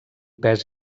pes